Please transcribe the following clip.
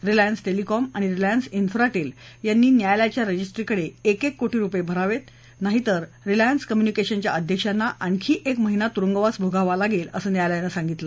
Reliance Telecom आणि Reliance Infratel यांनी न्यायालयाच्या रजिस्ट्रीकडे एक एक कोटी रुपये भरावे अन्यथा रिलायन्स कम्युनिकेशनच्या अध्यक्षांना आणखी एक महिना तुरुंगवास भोगावा लागेल असं न्यायालयानं सांगितलं